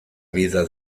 vida